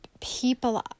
people